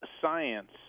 science